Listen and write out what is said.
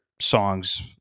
songs